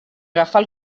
agafar